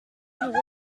une